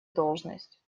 должность